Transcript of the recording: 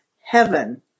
heaven